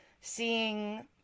seeing